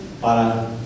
para